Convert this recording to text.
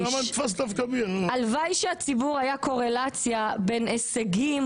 הלוואי שבציבור הייתה קורלציה בין הישגים